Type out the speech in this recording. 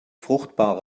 fruchtbare